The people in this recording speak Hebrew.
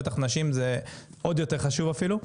בטח נשים זה עוד יותר חשוב אפילו,